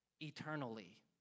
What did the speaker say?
eternally